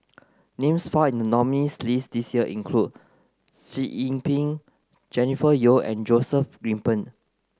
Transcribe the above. names found in the nominees' list this year include Sitoh Yih Pin Jennifer Yeo and Joseph Grimberg